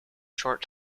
short